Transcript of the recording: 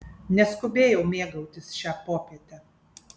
neskubėjau mėgautis šia popiete